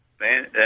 Man